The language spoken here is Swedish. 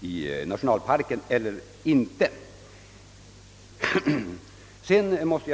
i nationalparken eller inte. Det gäller icke frågan om tillåtlighet till bygget.